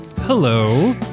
Hello